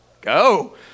go